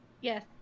Yes